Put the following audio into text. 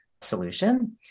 solution